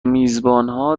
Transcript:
میزبانها